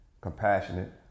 compassionate